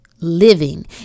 Living